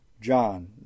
John